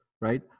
right